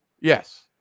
Yes